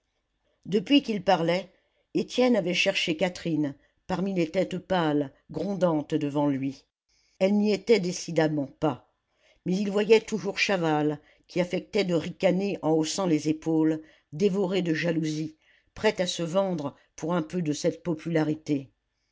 depuis qu'il parlait étienne avait cherché catherine parmi les têtes pâles grondantes devant lui elle n'y était décidément pas mais il voyait toujours chaval qui affectait de ricaner en haussant les épaules dévoré de jalousie prêt à se vendre pour un peu de cette popularité